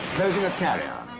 closing a carrier.